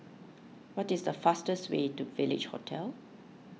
what is the fastest way to Village Hotel